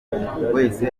wese